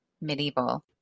medieval